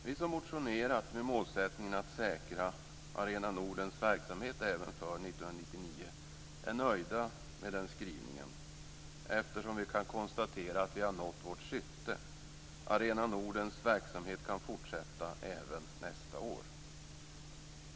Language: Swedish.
Vi som motionerat med målsättningen att säkra Arena Nordens verksamhet även för 1999 är nöjda med den skrivningen eftersom vi kan konstatera att vi nått vårt syfte. Arena Nordens verksamhet kan fortsätta även nästa år.